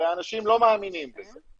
הרי אנשים לא מאמינים בזה,